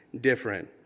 different